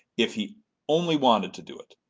if he only wanted to do it,